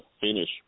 finish